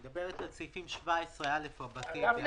היא מדברת על הסעיפים 17א בעמוד 16. הרב גפני,